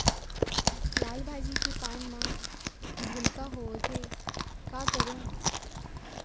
लाल भाजी के पान म भूलका होवथे, का करों?